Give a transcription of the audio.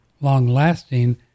long-lasting